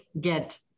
get